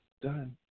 done